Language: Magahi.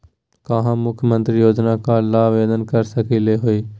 का हम मुख्यमंत्री योजना ला आवेदन कर सकली हई?